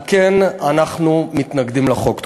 על כן אנחנו מתנגדים לחוק.